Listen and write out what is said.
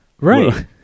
Right